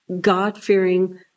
God-fearing